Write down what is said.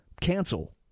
cancel